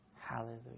Hallelujah